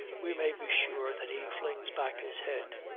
we may be sure that he flings back his head.